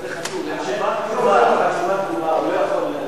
היא התכוונה שאתה לא חייב לנצל אותן.